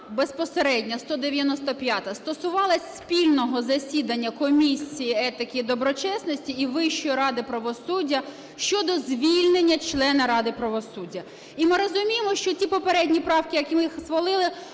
безпосередньо 195-а, стосувалась спільного засідання Комісії етики і доброчесності і Вищої ради правосуддя щодо звільнення члена ради правосуддя. І ми розуміємо, що ті попередні правки, які ми схвалили,